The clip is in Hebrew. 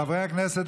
חברי הכנסת,